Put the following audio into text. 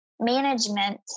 management